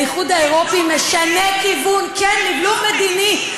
האיחוד האירופי משנה כיוון, לבלוב מדיני?